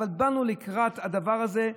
אבל באנו לקראת הדבר הזה,